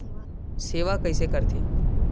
सेवा कइसे करथे?